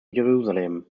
jerusalem